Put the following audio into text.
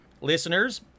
listeners